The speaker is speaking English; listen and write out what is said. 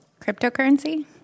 Cryptocurrency